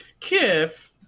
Kiff